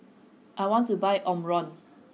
I want to buy Omron